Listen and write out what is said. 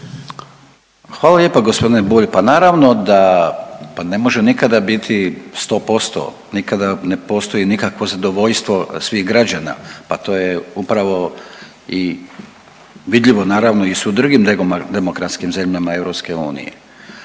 Hvala lijepa gospodine Bulj, pa naravno da, pa ne može nikada biti 100%, nikada ne postoji nikakvo zadovoljstvo svih građana, pa to je upravo i vidljivo naravno i u drugim demokratskim zemljama EU.